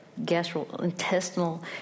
gastrointestinal